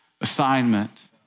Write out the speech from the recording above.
assignment